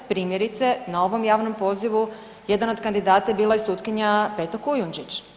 Primjerice na ovom javnom pozivu jedan od kandidata je bila i sutkinja Peta Kujundžić.